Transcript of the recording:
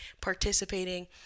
participating